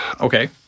Okay